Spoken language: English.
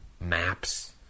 Maps